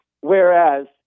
Whereas